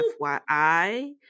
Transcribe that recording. FYI